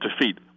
defeat